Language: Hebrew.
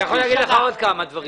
אני יכול לומר לך עוד כמה דברים כאלה.